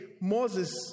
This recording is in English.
Moses